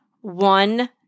one